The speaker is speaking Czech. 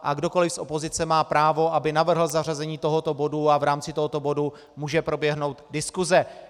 A kdokoli z opozice má právo, aby navrhl zařazení tohoto bodu, a v rámci tohoto bodu může proběhnout diskuse.